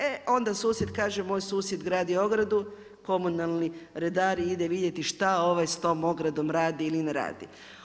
E onda susjed kaže, moj susjed gradi ogradu, komunalni redari ide vidjeti šta ovaj s tom ogradom radi ili ne radi.